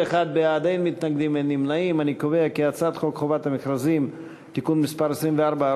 חוק חובת המכרזים (תיקון מס' 24,